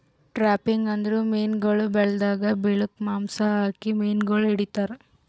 trapping ಅಂದುರ್ ಮೀನುಗೊಳ್ ಬಲೆದಾಗ್ ಬಿಳುಕ್ ಮಾಂಸ ಹಾಕಿ ಮೀನುಗೊಳ್ ಹಿಡಿತಾರ್